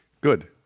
Good